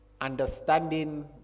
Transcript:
understanding